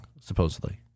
supposedly